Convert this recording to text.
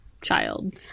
child